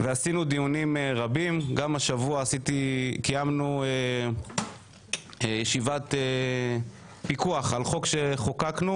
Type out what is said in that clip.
בשבוע שעבר קיימנו ישיבת פיקוח על חוק שחוקקנו